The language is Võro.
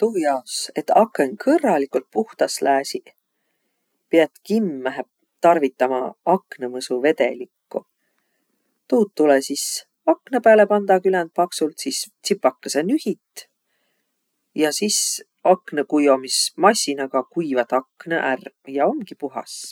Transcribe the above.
Tuu jaos, et akõn kõrraligult puhtas lääsiq, piät kimmähe tarvitama aknõmõsuvedelikku. Tuud tulõ sis aknõ pääle pandaq küländ paksult, sis tsipakõsõ nühit. Ja sis aknõkuiomismassinaga kuivat aknõq är ja omgi puhas.